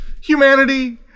humanity